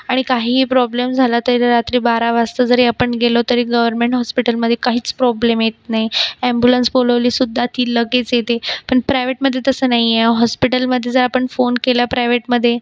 आणि काहीही प्रॉब्लेम झाला तरी रात्री बारा वाजता जरी आपण गेलो तरी गवरमेंट हॉस्पिटलमधे काहीच प्रॉब्लेम येत नाही अॅम्बुलन्स बोलवलीसुद्धा ती लगेच येते पण प्रायवेटमध्ये तसं नाहीये हॉस्पिटलमधे जर आपण फोन केला प्रायवेटमधे